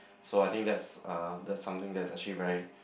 so I think that's uh that's something that's actually very